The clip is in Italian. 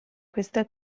questa